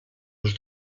els